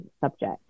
subject